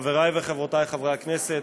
תודה לך, חברי וחברותי חברי הכנסת,